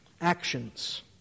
actions